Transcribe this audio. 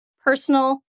personal